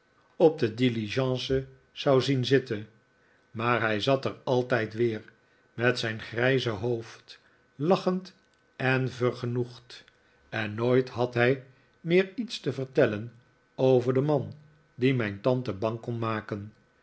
dick de diligence zou zien zitten maar hij zat er altijd weer met zijn grijze hoofd lachend en vergenoegd en nooit had hij meer iets te vertellen over den man die mijn tante bang kon maken